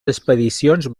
expedicions